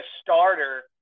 starter –